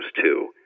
two